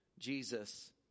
Jesus